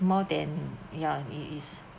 more than ya it is